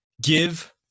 Give